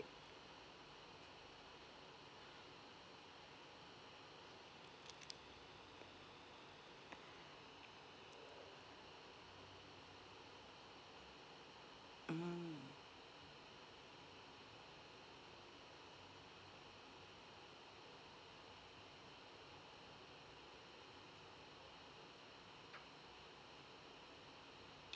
mm